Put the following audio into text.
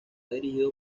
dirigido